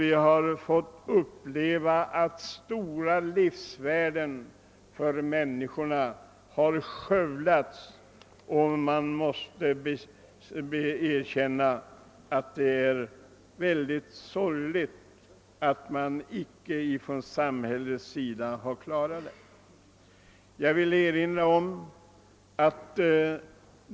Vi har fått uppleva att stora livsvärden för människorna skövlats, och vi måste erkänna att det är mycket sorgligt att samhället icke har klarat situationen.